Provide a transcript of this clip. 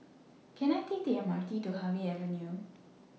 Can I Take The M R T to Harvey Avenue